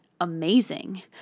amazing